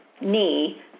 knee